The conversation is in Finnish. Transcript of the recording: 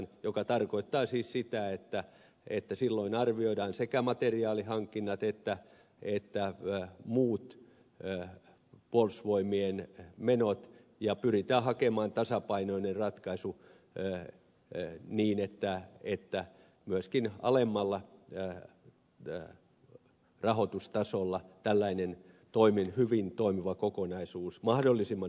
se tarkoittaa siis sitä että silloin arvioidaan sekä materiaalihankinnat että muut puolustusvoimien menot ja pyritään hakemaan tasapainoinen ratkaisu niin että myöskin alemmalla rahoitustasolla tällainen mahdollisimman hyvin toimiva kokonaisuus voidaan turvata